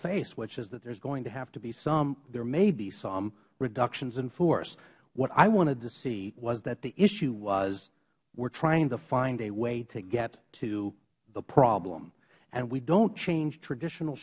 face which is that there is going to have to be some there may be some reductions in force what i wanted to see was that the issue was we are trying to find a way to get to the problem and we dont change traditional